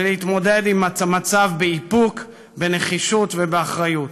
ולהתמודד עם המצב באיפוק, בנחישות ובאחריות.